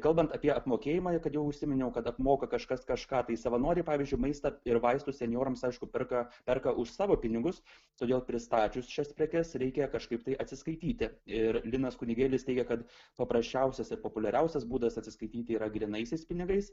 kalbant apie apmokėjimą kad jau užsiminiau kad apmoka kažkas kažką tai savanoriai pavyzdžiui maistą ir vaistus senjorams aišku perka perka už savo pinigus todėl pristačius šias prekes reikia kažkaip tai atsiskaityti ir linas kunigėlis teigia kad paprasčiausias ir populiariausias būdas atsiskaityti yra grynaisiais pinigais